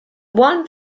buon